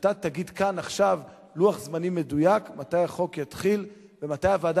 שאתה תגיד כאן עכשיו לוח זמנים מדויק מתי החוק יתחיל ומתי הוועדה